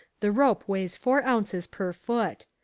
the rope weighs four ounces per foot.